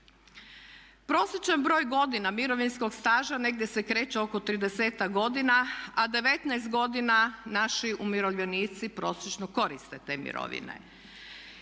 Prosječan broj godina mirovinskog staža negdje se kreće oko 30-ak godina a 19 godina naši umirovljenici prosječno koriste te mirovine.